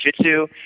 jujitsu